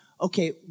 Okay